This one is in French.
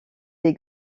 des